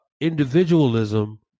individualism